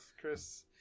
Chris